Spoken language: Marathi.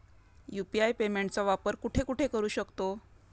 यु.पी.आय पेमेंटचा वापर कुठे कुठे करू शकतो?